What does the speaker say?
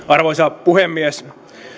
arvoisa puhemies